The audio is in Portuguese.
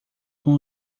com